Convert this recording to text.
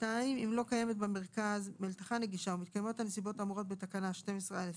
(1)אם יש במרכז בית שימוש לשימוש הציבור אך אין בו בית שימוש נגיש,